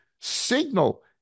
signal